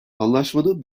anlaşmanın